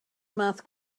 math